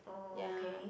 oh okay